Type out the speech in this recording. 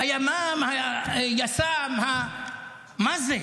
הימ"מ, היס"מ, מה, זו